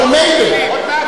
מילא.